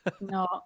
No